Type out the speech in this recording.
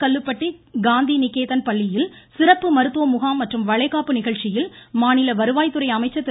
கல்லுப்பட்டி காந்தி நிகேதன் பள்ளியில் சிறப்பு மருத்துவ முகாம் மற்றும் வளைகாப்பு நிகழ்ச்சியில் மாநில வருவாய் துறை அமைச்சர் திரு